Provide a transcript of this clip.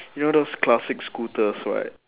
you know those classic scooters right